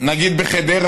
נגיד בחדרה,